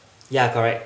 ya correct